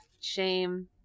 shame